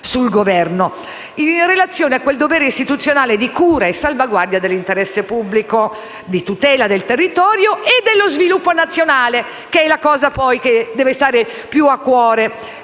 sul Governo in relazione a quel dovere istituzionale di cura e salvaguardia dell'interesse pubblico, di tutela del territorio e dello sviluppo nazionale, che è ciò che deve stare più a cuore